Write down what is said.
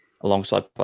alongside